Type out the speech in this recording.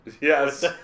yes